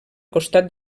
costat